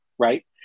Right